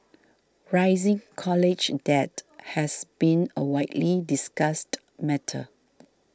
rising college debt has been a widely discussed matter